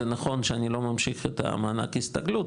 זה נכון שאני לא ממשיך את מענק ההסתגלות,